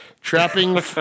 Trapping